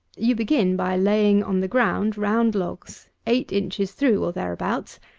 you begin by laying on the ground round logs, eight inches through, or thereabouts,